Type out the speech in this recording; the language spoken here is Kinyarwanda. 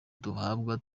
duhabwa